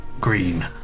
green